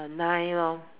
a nine lor